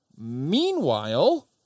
Meanwhile